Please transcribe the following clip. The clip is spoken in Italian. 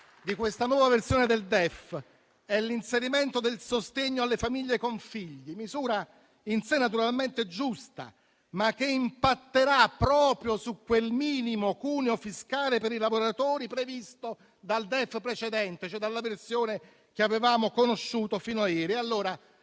di questa nuova versione del DEF è l'inserimento del sostegno alle famiglie con figli, misura in sé naturalmente giusta, ma che impatterà proprio su quel minimo cuneo fiscale per i lavoratori previsto dal DEF precedente, e cioè dalla versione che avevamo conosciuto fino a ieri.